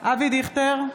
אבי דיכטר,